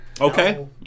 Okay